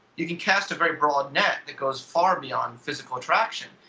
you can cast a very broad net that goes far beyond physical attraction.